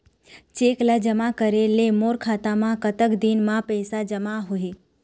Cheque ला जमा करे ले मोर खाता मा कतक दिन मा पैसा जमा होही?